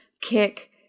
kick